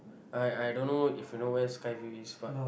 I I don't know if you know where is Skyview is but